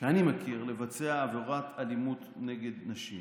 שאני מכיר לבצע עבירה אלימות נגד נשים.